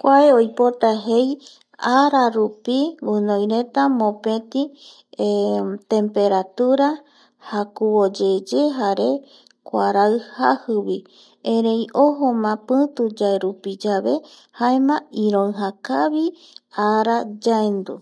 kua oipota jei ararupi oime guinoireta mopeti temperatura jakuvoyeye jare kuarai jajivi erei ojoma piyuyaerupi yave jaema iroija kavi ara yaendu